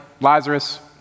Lazarus